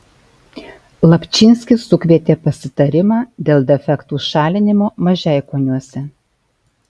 lapčynskis sukvietė pasitarimą dėl defektų šalinimo mažeikoniuose